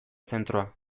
zentroa